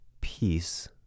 peace